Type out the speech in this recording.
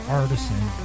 artisan